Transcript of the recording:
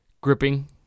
gripping